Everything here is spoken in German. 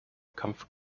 kampf